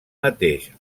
mateix